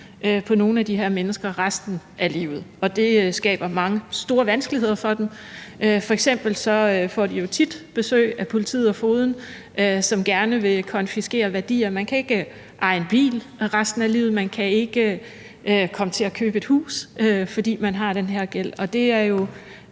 på nogle af de her mennesker resten af livet. Det skaber mange store vanskeligheder for dem. De får jo f.eks. tit besøg af politiet og fogeden, som gerne vil konfiskere værdier. Man kan ikke eje en bil resten af livet. Man kan ikke komme til at købe et hus, fordi man har den her gæld. Det er jo